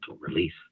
release